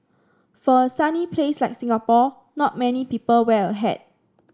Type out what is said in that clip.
for a sunny place like Singapore not many people wear a hat